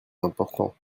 important